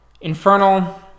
infernal